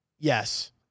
Yes